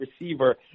receiver